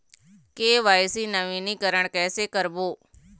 KYC नवीनीकरण कैसे करबो?